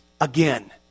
again